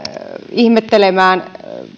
ihmettelemään